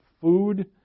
food